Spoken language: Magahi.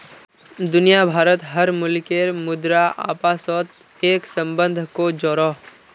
दुनिया भारोत हर मुल्केर मुद्रा अपासोत एक सम्बन्ध को जोड़ोह